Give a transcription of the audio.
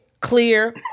clear